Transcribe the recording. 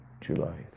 July